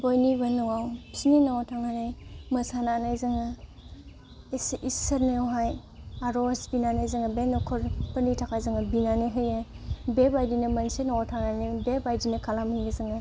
बयनिबो न'आव बिसिनि न'आव थांनानै मोसानानै जोङो एसे इसोरनियावहाय आर'ज बिनानै जोङो बे न'खरफोरनि थाखाय जोङो बिनानै होयो बेबायदिनो मोनसे न'आव थांनानै बेबायदिनो खालामहैयो जोङो